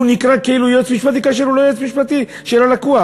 שהוא נקרא כאילו יועץ משפטי כאשר הוא לא יועץ משפטי של הלקוח.